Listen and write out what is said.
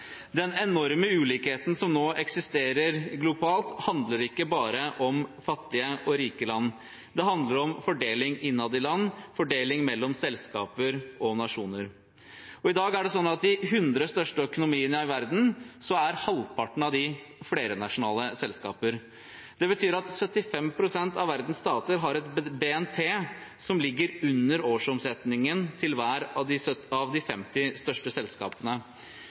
Den enorme ulikheten som nå eksisterer globalt, handler ikke bare om fattige og rike land. Det handler om fordeling innad i land og fordeling mellom selskaper og nasjoner. I dag er det sånn at av de 100 største økonomiene i verden er halvparten av dem flernasjonale selskaper. Det betyr at 75 pst. av verdens stater har et BNP som ligger under årsomsetningen til hvert av de 50 største selskapene. Når vi knytter dette sammen med at 60 pst. av